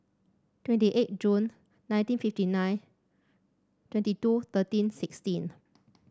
twenty eight June nineteen fifty nine twenty two thirteen sixteen